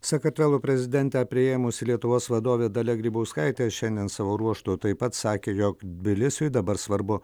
sakartvelo prezidentę priėmusi lietuvos vadovė dalia grybauskaitė šiandien savo ruožtu taip pat sakė jog tbilisiui dabar svarbu